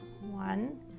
One